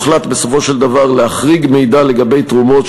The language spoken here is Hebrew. הוחלט בסופו של דבר להחריג מידע לגבי תרומות